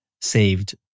saved